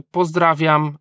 pozdrawiam